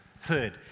Third